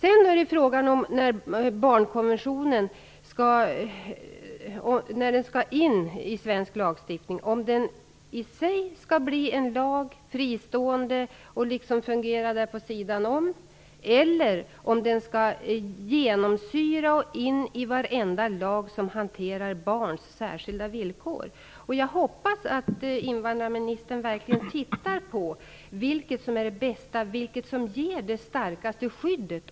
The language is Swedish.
En annan fråga när barnkonventionen skall in i svensk lagstiftning är om den i sig skall bli en fristående lag och liksom fungera vid sidan om eller om den skall tas in och genomsyra varenda lag som hanterar barns särskilda villkor. Jag hoppas att invandrarministern verkligen tittar på vilket som är det bästa, vilket som ger barnet det starkaste skyddet.